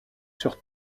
sur